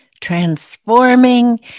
transforming